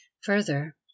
further